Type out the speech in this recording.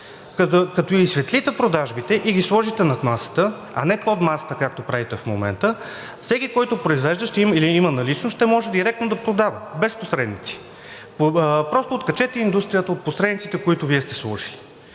Като изсветлите продажбите и ги сложите над масата, а не под масата, както правите в момента, всеки, който произвежда или има наличност, ще може директно да продава без посредници. Просто откачете индустрията от посредниците, които сте сложили.